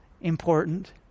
important